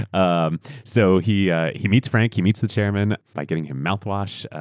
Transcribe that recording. and um so, he ah he meets frank, he meets the chairman by getting him mouthwash.